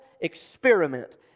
experiment